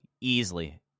easily